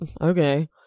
okay